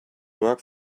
work